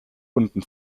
unten